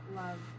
love